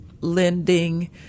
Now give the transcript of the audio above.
lending